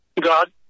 God